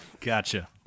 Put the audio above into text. Gotcha